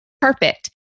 perfect